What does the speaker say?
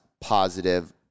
positive